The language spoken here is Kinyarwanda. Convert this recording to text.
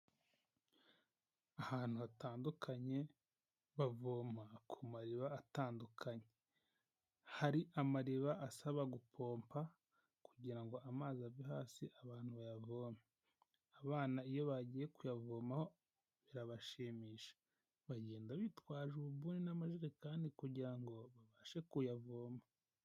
Ahantu hatandukanye bavoma ku mariba atandukanye hari amariba asaba gupopa kugirango ngo amazi ave hasi abantu bayavome ,abana iyo bagiye kuyavoma birabashimisha bagenda bitwaje ububuni n’amajerekani kugirango ngo babashe kuyavoma.